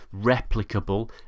replicable